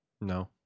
No